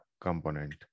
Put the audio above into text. component